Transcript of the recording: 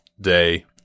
day